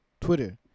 Twitter